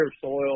soil